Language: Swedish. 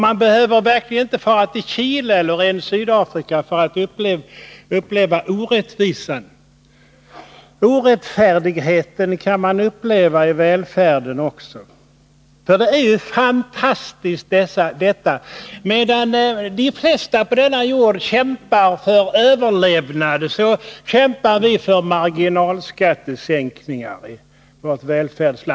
Man behöver inte resa till Chile eller till Sydafrika för att konstatera det. Orättfärdigheten kan man uppleva också i välfärden. För det är ju fantastiskt: Medan de flesta på denna jord kämpar för överlevnad, så kämpar vi i vårt välfärdsland för marginalskattesänkningar.